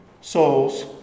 souls